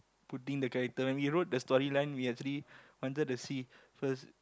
putting the character when we wrote the story line we actually wanted to see first